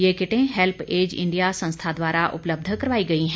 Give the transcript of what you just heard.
ये किटें help age India संस्था द्वारा उपलब्ध करवाई गई हैं